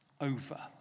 over